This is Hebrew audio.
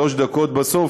שלוש דקות בסוף,